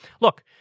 Look